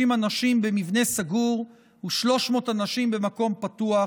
אנשים במבנה סגור ו-300 אנשים במקום פתוח,